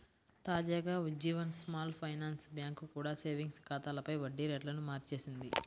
తాజాగా Ujjivan small finance bank కూడా savings ఖాతాలపై వడ్డీ రేట్లను మార్చేసింది